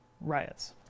riots